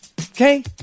Okay